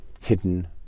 hidden